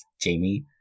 Jamie